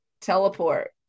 teleport